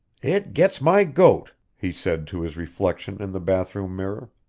it gets my goat! he said to his reflection in the bathroom mirror.